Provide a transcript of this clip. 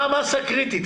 מה המסה הקריטית,